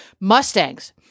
Mustangs